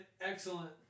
excellent